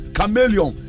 Chameleon